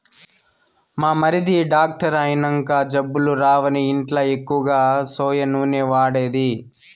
మా మరిది డాక్టర్ అయినంక జబ్బులు రావని ఇంట్ల ఎక్కువ సోయా నూనె వాడేది